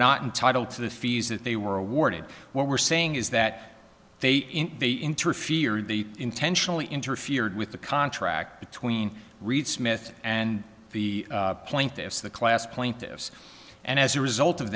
not entitled to the fees that they were awarded what we're saying is that they they interfered they intentionally interfered with the contract between reed smith and the plaintiffs the class plaintiffs and as a result of